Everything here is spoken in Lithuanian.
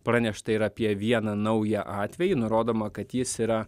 pranešta ir apie vieną naują atvejį nurodoma kad jis yra